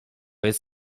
jest